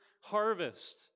harvest